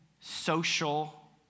social